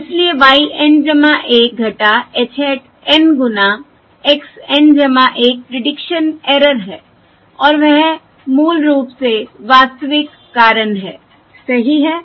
और इसलिए y N 1 h hat N गुना x N 1 प्रीडिक्शन एरर है और वह मूल रूप से वास्तविक कारण है सही है